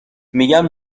میگم